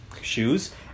shoes